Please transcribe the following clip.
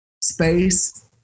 space